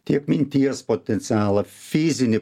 tiek minties potencialą fizinį